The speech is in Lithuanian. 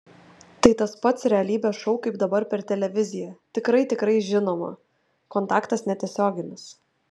tai tas pat realybės šou kaip dabar per televiziją tikrai tikrai žinoma kontaktas netiesioginis